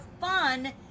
fun